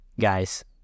guys